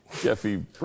Jeffy